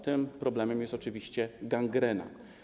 Tym problemem jest oczywiście gangrena.